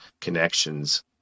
connections